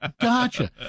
gotcha